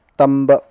ꯇꯝꯕ